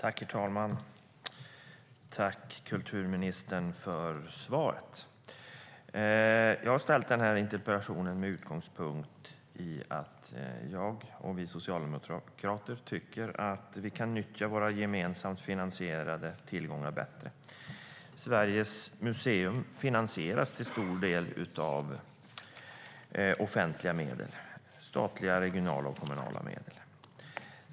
Herr talman! Tack, kulturministern, för svaret! Jag har ställt den här interpellationen med utgångspunkt i att jag och vi socialdemokrater tycker att vi kan nyttja våra gemensamt finansierade tillgångar bättre. Sveriges museer finansieras till stor del av offentliga medel - statliga, regionala och kommunala medel.